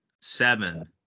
Seven